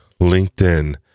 LinkedIn